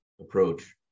approach